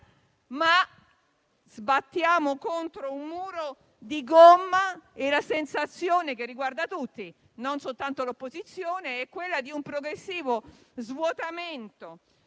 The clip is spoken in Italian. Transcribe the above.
ma sbattiamo contro un muro di gomma e la sensazione, che riguarda tutti e non soltanto l'opposizione, è quella di un progressivo svuotamento